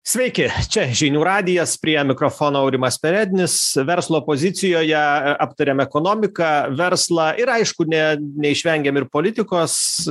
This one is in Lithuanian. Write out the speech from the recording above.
sveiki čia žinių radijas prie mikrofono aurimas perednis verslo pozicijoje aptariam ekonomiką verslą ir aišku net neišvengiam ir politikos